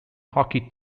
hockey